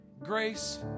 Grace